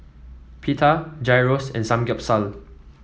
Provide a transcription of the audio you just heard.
Pita Gyros and Samgyeopsal